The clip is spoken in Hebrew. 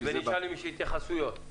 ונשמע התייחסויות.